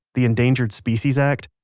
the endangered species act,